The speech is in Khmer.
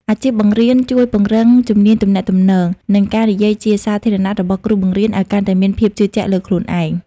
អាជីពបង្រៀនជួយពង្រឹងជំនាញទំនាក់ទំនង និងការនិយាយជាសាធារណៈរបស់គ្រូបង្រៀនឱ្យកាន់តែមានភាពជឿជាក់លើខ្លួនឯង។